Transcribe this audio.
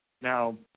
Now